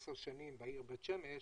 עשר שנים בעיר בית שמש,